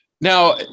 Now